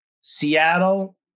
Seattle